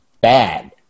bad